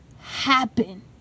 happen